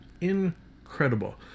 Incredible